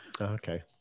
okay